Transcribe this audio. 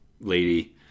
lady